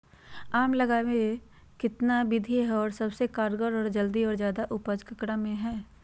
आम लगावे कितना विधि है, और सबसे कारगर और जल्दी और ज्यादा उपज ककरा में है?